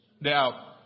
Now